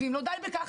ואם לא די בכך,